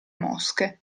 mosche